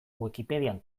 wikipedian